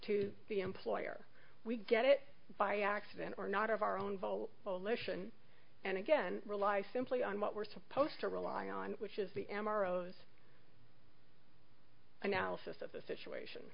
to the employer we get it by accident or not of our own vote polish and and again rely simply on what we're supposed to rely on which is the m r o analysis of the situation